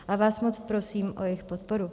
A vás moc prosím o jejich podporu.